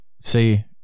say